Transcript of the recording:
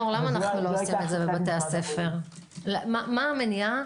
מה המניעה